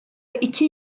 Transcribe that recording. iki